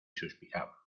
suspiraba